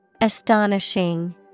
Astonishing